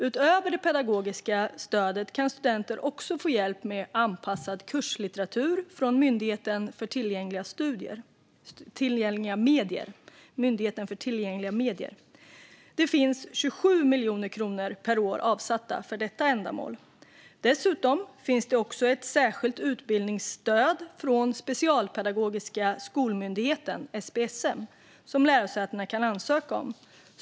Utöver det pedagogiska stödet kan studenter också få hjälp med anpassad kurslitteratur från Myndigheten för tillgängliga medier. Det finns 27 miljoner kronor per år avsatta för detta ändamål. Dessutom finns det också ett särskilt utbildningsstöd från Specialpedagogiska skolmyndigheten, SPSM, som lärosätena kan ansöka om.